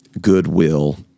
goodwill